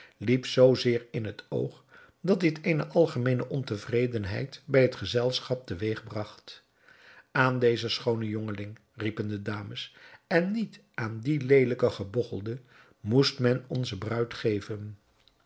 liep zoo zeer in het oog dat dit eene algemeene ontevredenheid bij het gezelschap te weegbragt aan dezen schoonen jongeling riepen de dames en niet aan dien leelijken gebogchelde moest men onze bruid geven